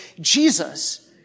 Jesus